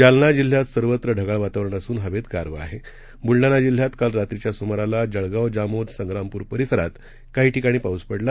जालना जिल्ह्यात सर्वत्र ढगाळ वातावरण असून हवेत गारवा आहे बुलडाणा जिल्ह्यामध्ये काल रात्रीच्या सुमाराला जळगाव जामोद संग्रामपूर परिसरात काही ठिकाणी पाऊस पडला